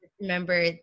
remember